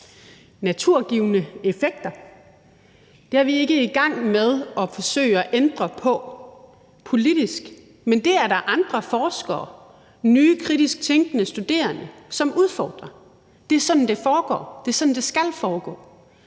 naturgivne effekter. Det er vi ikke i gang med at forsøge at ændre på politisk, men det er der andre forskere, nye kritisk tænkende studerende, som udfordrer. Det er sådan, det foregår; det er sådan, det skal foregå.